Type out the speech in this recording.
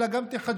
אלא גם תחדשו,